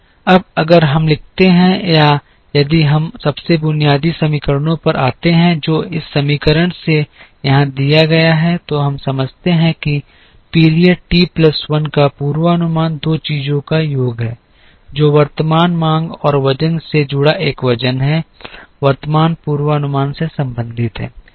अब अगर हम लिखते हैं या यदि हम सबसे बुनियादी समीकरणों पर आते हैं जो इस समीकरण से यहाँ दिया गया है तो हम समझते हैं कि पीरियड टी प्लस 1 का पूर्वानुमान दो चीजों का योग है जो वर्तमान मांग और वजन से जुड़ा एक वजन है वर्तमान पूर्वानुमान से संबंधित है